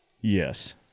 Yes